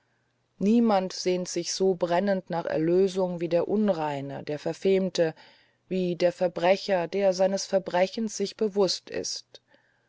niemand sehnt sich so brennend nach erlösung wie der unreine der verfehmte wie der verbrecher der seines verbrechens sich bewußt wird